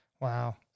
Wow